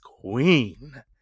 queen